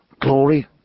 Glory